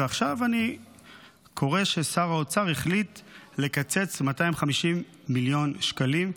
ועכשיו אני קורא ששר האוצר החליט לקצץ 250 מיליון שקלים.